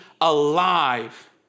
alive